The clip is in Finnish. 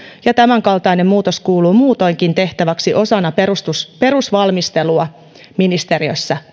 ja tämänkaltainen muutos kuuluu muutoinkin tehtäväksi osana perusvalmistelua ministeriössä